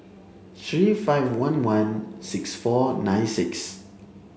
three five one one six four nine six